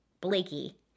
Blakey